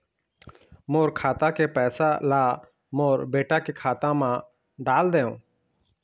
मोर खाता के पैसा ला मोर बेटा के खाता मा डाल देव?